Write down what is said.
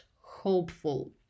hopeful